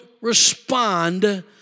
respond